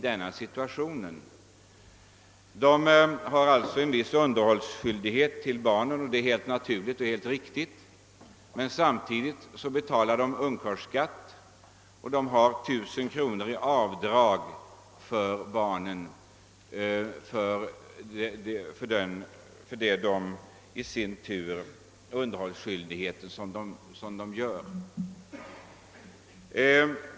De frånskilda männen har med rätta en viss underhållsskyldighet för barnen, men samtidigt betalar de ungkarlsskatt och får endast 1 000 kronor i avdrag för den underhållsskyldighet de fullgör.